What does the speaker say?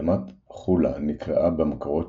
ימת חולה נקראה במקורות